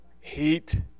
Heat